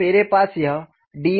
तो मेरे पास यह dsB के रूप में होगा